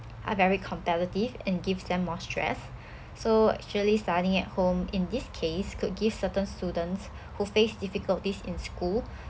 are very competitive and gives them more stress so actually studying at home in this case could give certain students who face difficulties in school